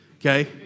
okay